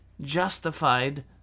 justified